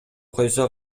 койсо